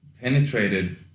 penetrated